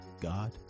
God